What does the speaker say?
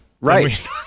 Right